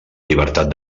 llibertat